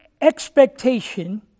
expectation